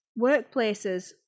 workplaces